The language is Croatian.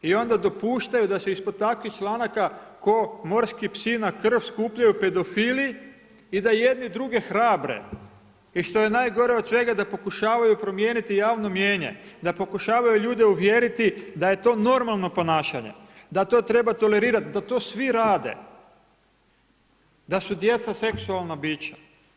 I onda dopuštaju da se ispod takvih članaka ko morski psi na krv skupljaju pedofili i da jedni druge hrabre i što je najgore od svega da pokušavaju promijeniti javno mnijenje, da pokušavaju ljude uvjeriti da je to normalno ponašanje, da to treba tolerirati, da to svi rade, da su djeca seksualan bića.